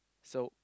so